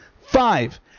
Five